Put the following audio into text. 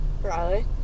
Riley